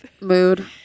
mood